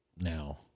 now